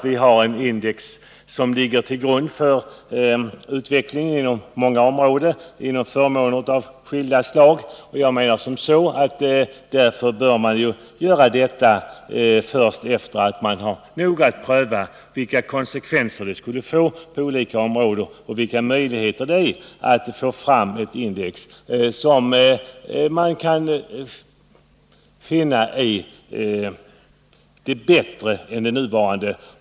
Vi har ett index som ligger till grund för förmåner av skilda slag, och enligt min mening bör man därför noga pröva vilka konsekvenser en ändring av detta skulle få och vilka möjligheter som finns att få fram ett index som kan vara bättre än det nuvarande.